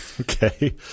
Okay